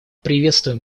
приветствуем